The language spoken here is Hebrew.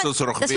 תעשו קיצוץ רוחבי.